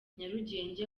nyarugenge